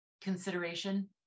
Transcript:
consideration